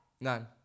None